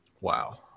Wow